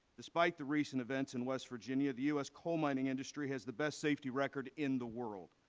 despite the recent events in west virginia, the u s. coal mining industry has the best safety record in the world.